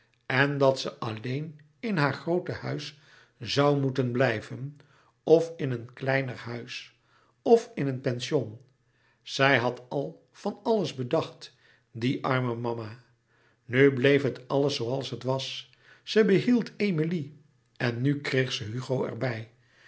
en dat ze alleen in haar groote huis zoû moeten blijven of in een kleiner huis of in een pension zij had al van alles bedacht die arme mama nu bleef het alles zooals het was ze behield emilie en nu kreeg ze hugo er